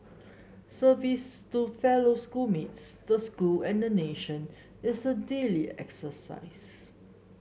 service to fellow school mates the school and the nation is a daily exercise